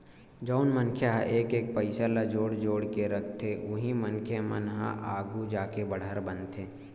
जउन मनखे ह एक एक पइसा ल जोड़ जोड़ के रखथे उही मनखे मन ह आघु जाके बड़हर बनथे